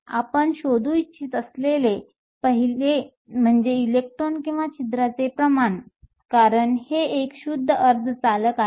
आपण शोधू इच्छित असलेले पहिले म्हणजे इलेक्ट्रॉन किंवा छिद्रांचे प्रमाण कारण हे एक शुद्ध अर्धचालक आहे